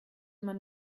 man